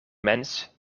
mens